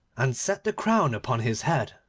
and set the crown upon his head,